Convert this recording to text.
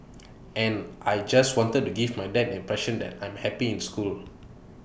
and I just wanted to give my dad impression that I'm happy in school